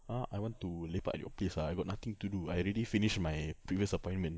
ah I want to lepak at your place ah I got nothing to do I already finished my previous appointment